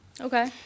Okay